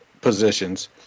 positions